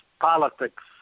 politics